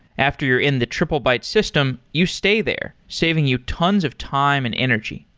after you're in the triplebyte system, you stay there, saving you tons of time and energy.